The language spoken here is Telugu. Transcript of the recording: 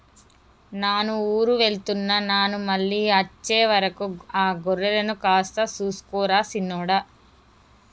నాను ఊరు వెళ్తున్న నాను మళ్ళీ అచ్చే వరకు ఆ గొర్రెలను కాస్త సూసుకో రా సిన్నోడా